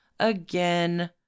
again